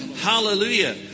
Hallelujah